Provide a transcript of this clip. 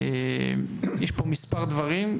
יש פה מספר דברים.